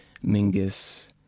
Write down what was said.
Mingus